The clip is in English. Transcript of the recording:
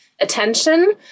attention